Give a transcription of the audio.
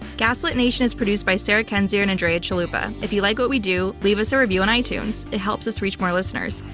gaslitnation is produced by sarah kendzior and andrea chalupa. if you like what we do, leave us a review on itunes. it helps us reach more listeners.